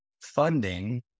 funding